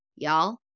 Y'all